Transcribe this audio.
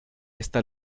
esta